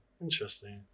Interesting